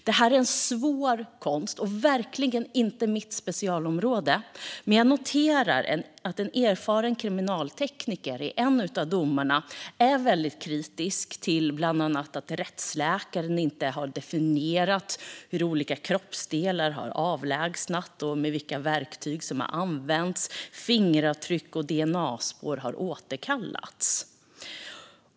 Det är en svår konst och verkligen inte mitt specialområde, men jag noterar att en erfaren kriminaltekniker i ett av fallen var kritisk till att rättsläkaren inte definierat hur kroppsdelar avlägsnats och med vilka verktyg och att fingeravtryck och dna-spår har återkallats.